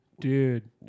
Dude